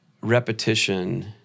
Repetition